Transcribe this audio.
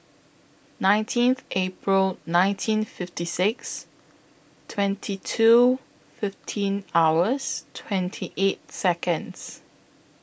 nineteenth April nineteen fifty six twenty two fifteen hours twenty eight Seconds